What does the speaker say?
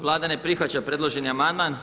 Vlada ne prihvaća predloženi amandman.